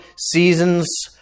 seasons